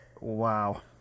Wow